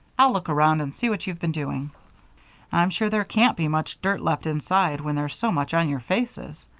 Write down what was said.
i'll look around and see what you've been doing i'm sure there can't be much dirt left inside when there's so much on your faces.